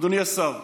אדוני השר,